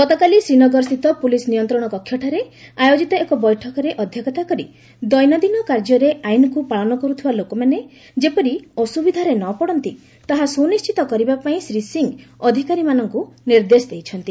ଗତକାଲି ଶ୍ରୀନଗରସ୍ଥିତ ପୁଲିସ ନିୟନ୍ତ୍ରଣକକ୍ଷଠାରେ ଆୟୋଜିତ ଏକ ବୈଠକରେ ଅଧ୍ୟକ୍ଷତା କରି ଦଦନନ୍ଦିନ କାର୍ଯ୍ୟରେ ଆଇନ୍କୁ ପାଳନ କରୁଥିବା ଲୋକମାନେ ଯେପରି ଅସୁବିଧାରେ ନପଡନ୍ତି ତାହା ସୁନିଣ୍ଟିତ କରିବା ପାଇଁ ଶ୍ରୀ ସିଂ ଅଧିକାରୀମାନଙ୍କୁ ନିର୍ଦ୍ଦେଶ ଦେଇଛନ୍ତି